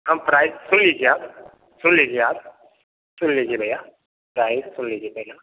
हम प्राइस सुन लीजिए आप सुन लीजिए आप सुन लीजिए भैया प्राइस सुन लीजिए पहले